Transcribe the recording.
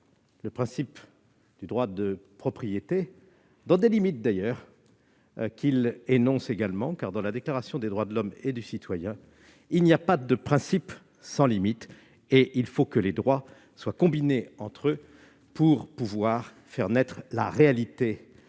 le principe du droit de propriété en même temps qu'il en énonce les limites. En effet, dans la Déclaration des droits de l'homme et du citoyen, il n'y a pas de principe sans limites, et il faut que les droits soient combinés entre eux pour pouvoir faire naître la réalité